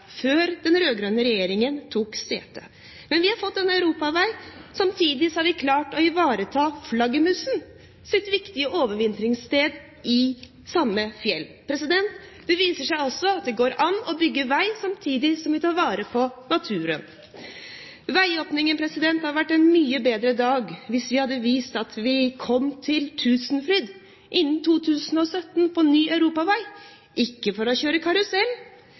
før den rød-grønne regjeringen tok sete. Vi har fått en europavei samtidig som vi har klart å ivareta flaggermusens viktige overvintringssted i samme fjell. Det viser seg at det går an å bygge vei samtidig som vi tar vare på naturen. Veiåpningen hadde vært en mye bedre dag hvis vi hadde visst at vi kom til Tusenfryd på ny europavei innen 2017, ikke for å kjøre karusell,